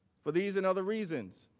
for these and other reasons,